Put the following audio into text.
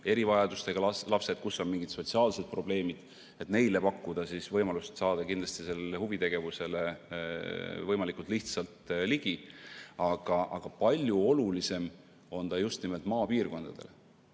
erivajadustega lapsed, kus on mingid sotsiaalsed probleemid, et pakkuda võimalust saada kindlasti sellele huvitegevusele võimalikult lihtsalt ligi. Aga palju olulisem on ta just nimelt maapiirkondadele,